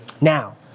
Now